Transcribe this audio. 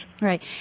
Right